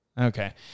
Okay